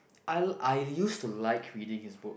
I I used to like reading his book